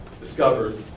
discovers